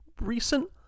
recent